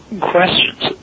questions